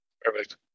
Perfect